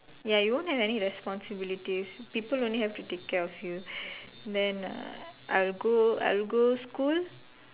ya you won't have any responsibilities people only have to take care of you then I'll go I'll go school